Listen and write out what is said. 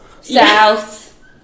South